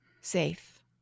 Safe